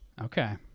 okay